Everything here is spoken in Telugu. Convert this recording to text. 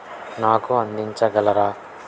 నాకు అందించగలరా